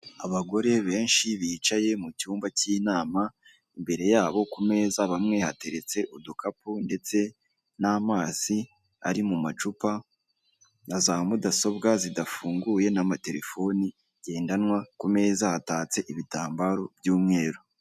Abagore benshi bicaye mu cyumba cy'inama, imbere yabo ku meza bamwe hateretse udukapu ndetse n'amazi ari mu macupa na za mudasobwa zidafunguye n'amatelefoni ngendanwa, ku meza hatatse ibitambaro by'umweru.